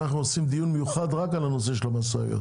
אנחנו עושים דיון מיוחד רק על הנושא של המשאיות.